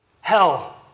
Hell